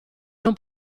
non